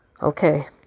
Okay